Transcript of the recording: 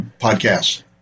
podcasts